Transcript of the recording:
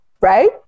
Right